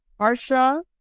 Arsha